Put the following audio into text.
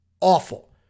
awful